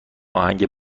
آهنگ